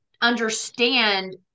understand